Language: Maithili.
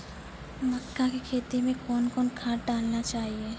मक्का के खेती मे कौन कौन खाद डालने चाहिए?